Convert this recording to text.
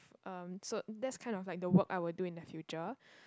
um so that's kind of like the work I would do in the future